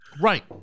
Right